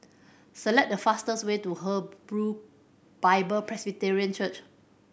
select the fastest way to Hebron Bible Presbyterian Church